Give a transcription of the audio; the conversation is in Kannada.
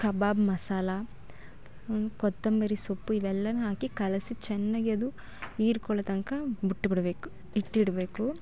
ಕಬಾಬ್ ಮಸಾಲ ಕೊತ್ತಂಬರಿ ಸೊಪ್ಪು ಇವೆಲ್ಲನೂ ಹಾಕಿ ಕಲಸಿ ಚೆನ್ನಾಗಿ ಅದು ಹೀರ್ಕೊಳ್ಳೋ ತನಕ ಬಿಟ್ಬಿಡ್ಬೇಕು ಇಟ್ಟಿಡಬೇಕು